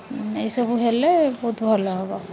ଏଇସବୁ ହେଲେ ବହୁତ ଭଲ ହେବ